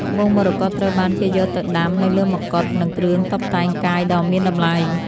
ត្បូងមរកតត្រូវបានគេយកទៅដាំនៅលើមកុដ និងគ្រឿងតុបតែងកាយដ៏មានតម្លៃ។